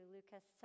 Lucas